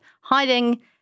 hiding